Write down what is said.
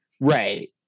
right